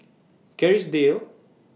Kerrisdale